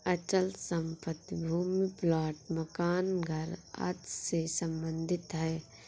अचल संपत्ति भूमि प्लाट मकान घर आदि से सम्बंधित है